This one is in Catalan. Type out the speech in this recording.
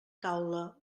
taula